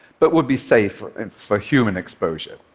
but would be safe for and for human exposure.